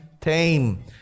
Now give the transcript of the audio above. tame